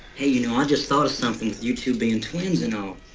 hey, you know, i just thought of something, with you two being twins and all.